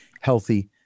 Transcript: healthy